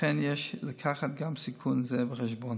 ולכן יש להביא גם סיכון זה בחשבון.